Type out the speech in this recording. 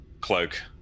cloak